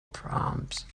proms